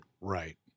Right